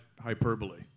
hyperbole